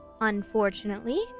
Unfortunately